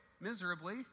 miserably